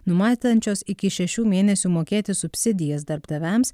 numatančios iki šešių mėnesių mokėti subsidijas darbdaviams